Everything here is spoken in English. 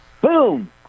Boom